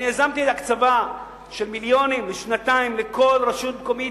יזמתי הקצבה של מיליונים לשנתיים לכל רשות מקומית,